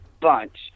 bunch